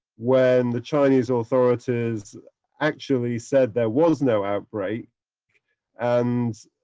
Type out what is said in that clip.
when the chinese authorities actually said there was no outbreak and,